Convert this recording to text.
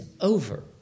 over